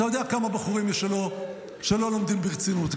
אתה יודע כמה בחורים יש לנו שלא לומדים ברצינות,